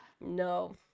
No